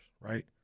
right